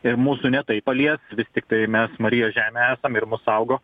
ir mūsų ne tai palies vis tiktai mes marijos žemė esam ir mus saugo